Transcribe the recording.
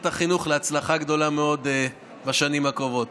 החינוך להצלחה גדולה מאוד בשנים הקרובות.